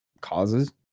causes